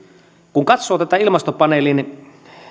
kun katsoo tämän ilmastopaneelin